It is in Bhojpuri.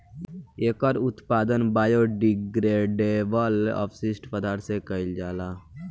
एकर उत्पादन बायोडिग्रेडेबल अपशिष्ट पदार्थ से कईल जा सकेला